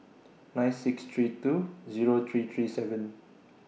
nine six three two Zero three three seven